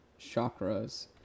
chakras